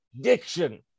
Diction